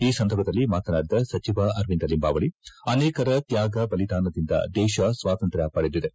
ಈ ಸಂದರ್ಭದಲ್ಲಿ ಮಾತನಾಡಿದ ಸಚಿವ ಅರವಿಂದ ಲಿಂಬಾವಳಿ ಅನೇಕರ ತ್ಯಾಗ ಬಲಿದಾನದಿಂದ ದೇಶ ಸ್ವಾತಂತ್ರ್ಮ ಪಡೆದಿದೆ